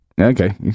Okay